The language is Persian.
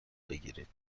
بگیرید